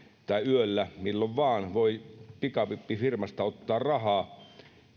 tai yöllä milloin vain voi pikavippifirmasta ottaa rahaa